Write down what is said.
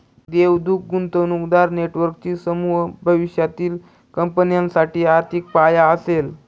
देवदूत गुंतवणूकदार नेटवर्कचा समूह भविष्यातील कंपन्यांसाठी आर्थिक पाया असेल